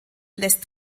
lässt